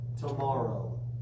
tomorrow